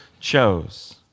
chose